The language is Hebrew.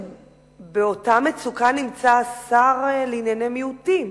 שבאותה מצוקה נמצא גם השר לענייני מיעוטים.